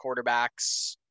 quarterbacks